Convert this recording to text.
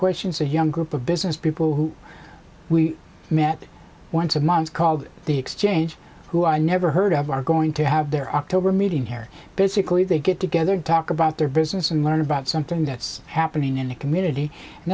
questions a young group of business people who we met once a month called the exchange who i never heard of are going to have their october meeting here basically they get together to talk about their business and learn about something that's happening in the community and